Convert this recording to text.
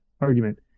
argument